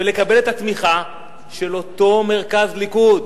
ולקבל את התמיכה של אותו מרכז ליכוד,